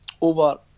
over